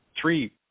three